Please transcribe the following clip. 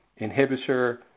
inhibitor